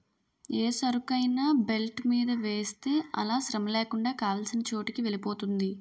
ఏ సరుకైనా బెల్ట్ మీద వేస్తే అలా శ్రమలేకుండా కావాల్సిన చోటుకి వెలిపోతుంది